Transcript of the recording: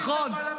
נכון.